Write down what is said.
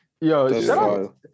Yo